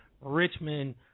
Richmond